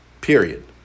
period